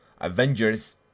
Avengers